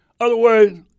Otherwise